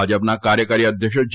ભાજપના કાર્યકારી અધ્યક્ષ જે